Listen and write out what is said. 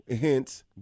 Hence